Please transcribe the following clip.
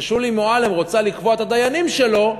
ששולי מועלם רוצה לקבוע את הדיינים שלו,